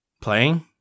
playing